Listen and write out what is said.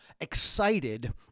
excited